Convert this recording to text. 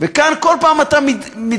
וכאן כל פעם מתגלים,